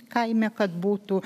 kaime kad būtų